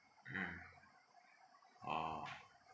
mm orh